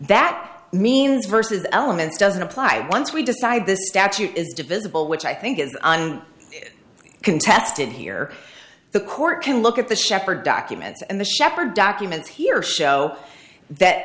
that means versus the elements doesn't apply once we decide this statute is divisible which i think is on contested here the court can look at the shepherd documents and the shepherd document here show